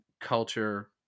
culture